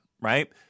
right